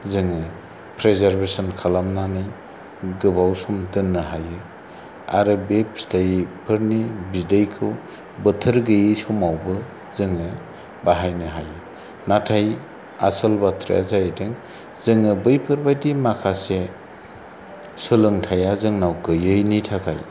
जोङो प्रिजारबेसन खालामनानै गोबाव सम दोननो हायो आरो बे फिथाइफोरनि बिदैखौ बोथोर गैयि समावबो जोङो बाहायनो हायो नाथाय आसोल बाथ्राया जाहैदों जोङो बैफोर बादि माखासे सोलोंथाइया जोंनाव गैयैनि थाखाय